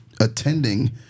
attending